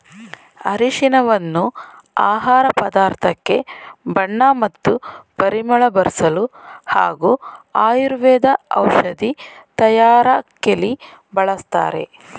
ಅರಿಶಿನವನ್ನು ಆಹಾರ ಪದಾರ್ಥಕ್ಕೆ ಬಣ್ಣ ಮತ್ತು ಪರಿಮಳ ಬರ್ಸಲು ಹಾಗೂ ಆಯುರ್ವೇದ ಔಷಧಿ ತಯಾರಕೆಲಿ ಬಳಸ್ತಾರೆ